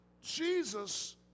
Jesus